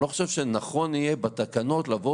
אני לא חושב שנכון יהיה בתקנות לבוא